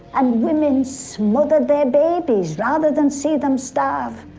and women smothered their babies rather than see them starve,